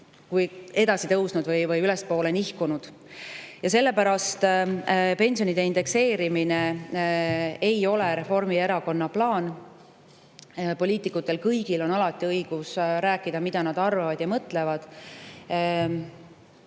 edasi tõusnud või ülespoole nihkunud ja sellepärast pensionide indekseerimise [lõpetamine] ei ole Reformierakonna plaan. Poliitikutel, kõigil on alati õigus kaasa rääkida, mida nad arvavad ja mõtlevad.